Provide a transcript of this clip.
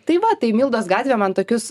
tai va tai mildos gatvė man tokius